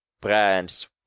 brands